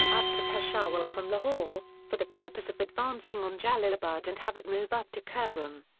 up to peshawar from lahore, for the purpose of advancing on jalalabad and have it move up to kurram.